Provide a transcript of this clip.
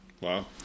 Wow